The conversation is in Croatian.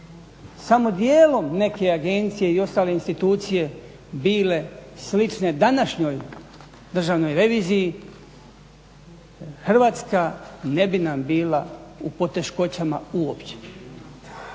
samo dijelom neke agencije i ostale institucije bile slične današnjoj Državnoj revizija Hrvatska ne bi nam bila u poteškoćama uopće,